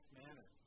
manner